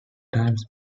times